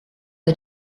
the